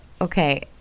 Okay